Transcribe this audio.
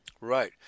Right